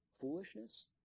foolishness